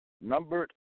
Numbered